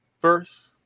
first